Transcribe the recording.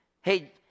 hey